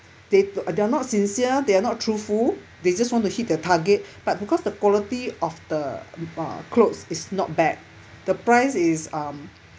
they they are not sincere they are not truthful they just want to hit the target but because the quality of the uh clothes is not bad the price is um